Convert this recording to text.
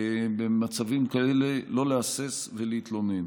במצבים כאלה לא להסס, ולהתלונן.